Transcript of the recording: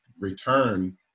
return